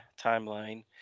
timeline